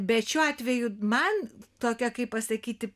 bet šiuo atveju man tokia kaip pasakyti